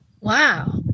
Wow